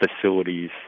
facilities